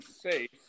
safe